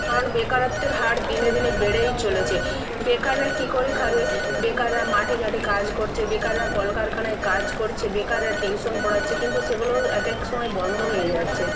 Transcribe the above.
কারণ বেকারত্বের হার দিনে দিনে বেড়েই চলেছে বেকাররা কি করে খাবে বেকাররা মাঠে ঘাটে কাজ করছে বেকাররা কলকারখানায় কাজ করছে বেকাররা টিউশন পড়াচ্ছে কিন্তু সেগুলোও এক এক সময় বন্ধ হয়ে যাচ্ছে